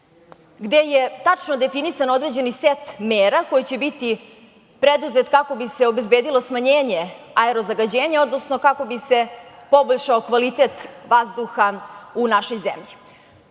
gde je tačno definisan određeni set mera koji će biti preduzet kako bi se obezbedilo smanjenje aerozagađenja, odnosno kako bi se poboljšao kvalitet vazduha u našoj zemlji.U